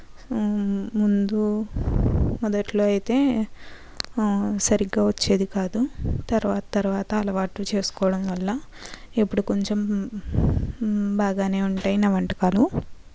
ముందు మొదట్లో అయితే సరిగ్గా వచ్చేది కాదు తర్వాత తర్వాత అలవాటు చేసుకోవడం వల్ల ఇప్పుడు కొంచెం బాగానే ఉంటాయి నా వంటకాలు